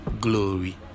glory